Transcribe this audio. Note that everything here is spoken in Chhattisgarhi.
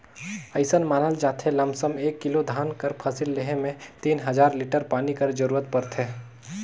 अइसन मानल जाथे लमसम एक किलो धान कर फसिल लेहे में तीन हजार लीटर पानी कर जरूरत परथे